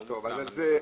לא מוצע מנגנון של ערר.